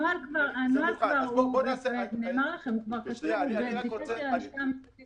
הנוהל כבר כתוב ונמצא בבדיקה של הלשכה המשפטית שלנו.